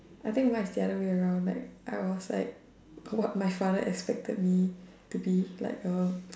I think mine is the other way around like I was like what my father expected me to be like a